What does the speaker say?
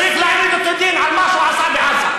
צריך להעמיד אותו לדין על מה שהוא עשה בעזה.